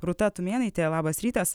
rūta tumėnaitė labas rytas